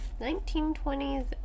1920s